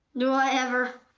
do i ever!